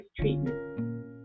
treatment